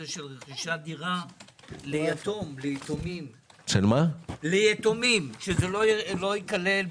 שבתלוש של חודש מרס נקודות הזכות ייכנסו